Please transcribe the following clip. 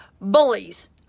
bullies